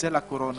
בצל הקורונה,